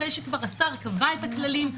אחרי שהשר קבע את הכללים,